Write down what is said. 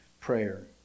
prayer